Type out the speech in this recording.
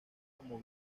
como